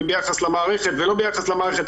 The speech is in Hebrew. וביחס למערכת ולא ביחס למערכת.